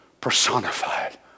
personified